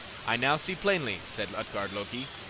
i now see plainly, said utgard-loki,